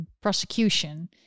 Prosecution